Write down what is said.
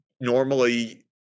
Normally